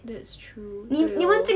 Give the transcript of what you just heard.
that's true 对 hor